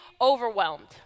overwhelmed